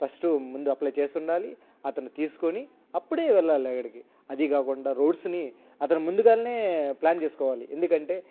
first ముందు apply చేసుండాలి అతను తీసుకుని అప్పుడే వెళ్ళాలి అక్కడికి అదీ గాకుండా రోడ్స్ని అతను ముందుగానే ప్లాన్ చేసుకోవాలి ఎందుకంటే